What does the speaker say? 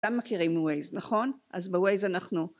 גם מכירים ווייז, נכון? אז בווייז אנחנו